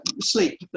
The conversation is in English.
sleep